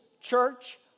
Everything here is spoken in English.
church